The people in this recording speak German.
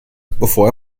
bevor